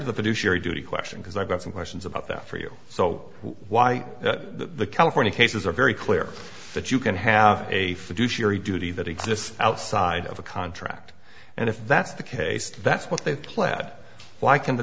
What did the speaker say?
to the produce your duty question because i've got some questions about that for you so why the california cases are very clear that you can have a fiduciary duty that exists outside of a contract and if that's the case that's what they plaid like and the